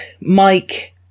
Mike